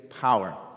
power